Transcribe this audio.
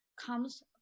comes